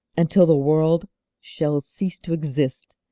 until the world shall cease to exist,